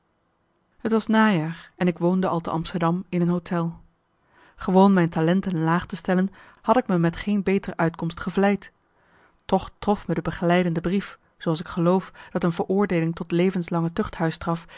t was najaar en ik woonde al te amsterdam in een hôtel gewoon mijn talenten laag te stellen had ik me met geen betere uitkomst gevleid toch trof me de begeleidende brief zooals ik geloof dat een veroordeeling tot levenslange